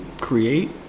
create